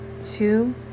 two